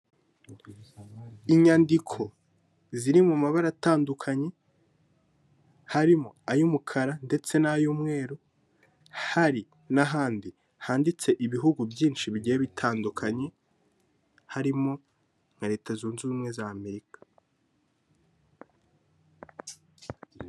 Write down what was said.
Inyandiko ziri mu mabara atandukanye harimo ay'umukara ndetse n'ay'umweru, hari n'ahandi handitse ibihugu byinshi bigiye bitandukanye, harimo nka Leta zunze ubumwe za Amerika